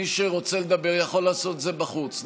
מי שרוצה לדבר יכול לעשות את זה בחוץ.